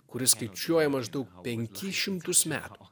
kuris skaičiuoja maždaug penkis šimtus metų